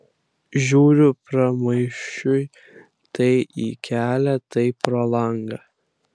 žiūriu pramaišiui tai į kelią tai pro langą